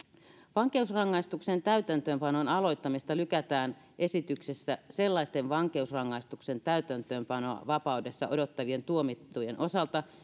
vankeusrangaistuksen täytäntöönpanon aloittamista lykätään esityksessä sellaisten vankeusrangaistuksen täytäntöönpanoa vapaudessa odottavien tuomittujen osalta